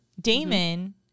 Damon